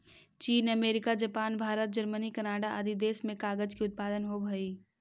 चीन, America, Japan, Bharat, Germany, Canada आदि देश में कागज के उत्पादन होवऽ हई